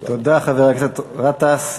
תודה, חבר הכנסת גטאס.